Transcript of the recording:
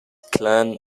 clan